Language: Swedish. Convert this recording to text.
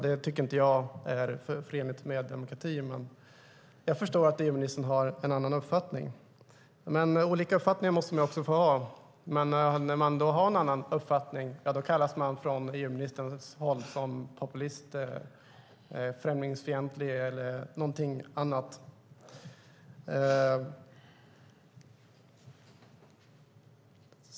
Det tycker jag inte är förenligt med demokrati, men jag förstår att EU-ministern har en annan uppfattning. Olika uppfattning måste man också få ha. Men när man har en annan uppfattning kallas man från EU-ministerns håll för populistisk, främlingsfientlig eller någonting annat.